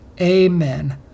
Amen